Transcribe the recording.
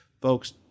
Folks